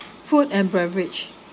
food and beverage